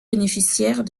bénéficiaires